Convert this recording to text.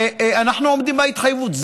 ואנחנו עומדים בהתחייבות.